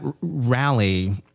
rally